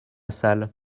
salle